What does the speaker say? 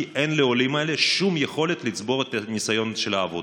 כי אין לעולים האלה שום יכולת לצבור את הניסיון של העבודה,